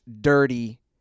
dirty